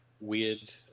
weird